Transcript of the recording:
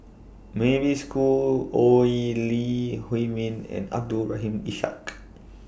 Mavis Khoo Oei Lee Huei Min and Abdul Rahim Ishak